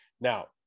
Now